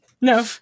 No